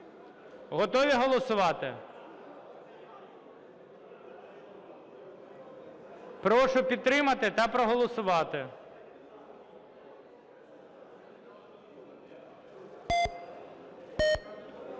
Готові голосувати? Прошу підтримати та проголосувати.